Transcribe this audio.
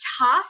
tough